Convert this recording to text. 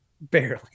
barely